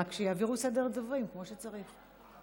רק שיעבירו סדר דוברים כמו שצריך.